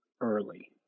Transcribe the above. early